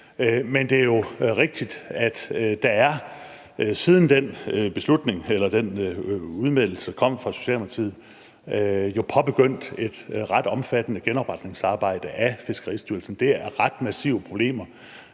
Men det er jo rigtigt, at der, siden den udmelding kom fra Socialdemokratiet, er påbegyndt et ret omfattende genopretningsarbejde i Fiskeristyrelsen. Det er ret massive problemer,